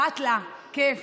סאטלה, כיף.